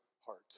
heart